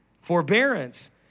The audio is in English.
Forbearance